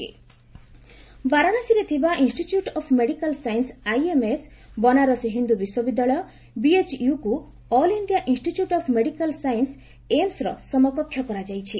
ଭୁ IMS AIIMS ବାରାଣାସୀରେ ଥିବା institute of medical science IMS Banaras ହିନ୍ଦ୍ର ବିଶ୍ୱବିଦ୍ୟାଳୟ ବିଏଚ୍ୟକ୍ର all India institute of medical science ଏମ୍ସ୍ର ସମକକ୍ଷ କରାଯାଇଛି